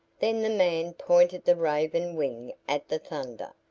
then the man pointed the raven wing at the thunder,